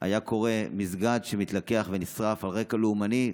היה קורה שמסגד היה מתלקח ונשרף על רקע לאומני.